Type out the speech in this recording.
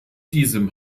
diesem